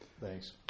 Thanks